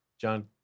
John